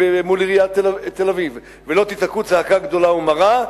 עיריית תל-אביב ולא תצעקו צעקה גדולה ומרה,